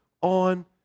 on